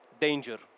danger